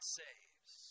saves